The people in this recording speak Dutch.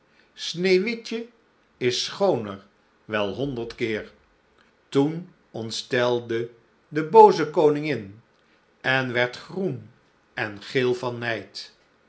sneeuwwitje is schooner wel honderd keer toen ontstelde de booze koningin en werd groen en geel van nijd